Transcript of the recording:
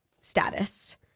status